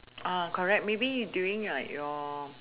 uh correct maybe during like your